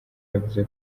yavuze